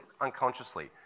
unconsciously